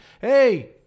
hey